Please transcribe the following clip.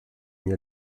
mis